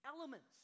elements